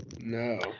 No